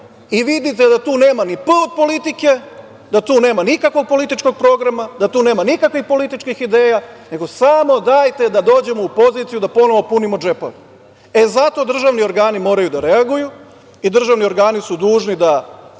i vidite da tu nema ni P od politike, da tu nema nikakvog političkog programa, da tu nema nikakvih političkih ideja, nego samo dajte da dođemo u poziciju da ponovo punimo džepove.E, zato državni organi moraju da reaguju i državni organi su dužni da